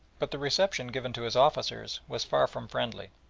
but the reception given to his officers was far from friendly.